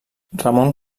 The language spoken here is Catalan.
ramon